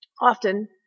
often